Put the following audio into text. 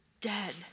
dead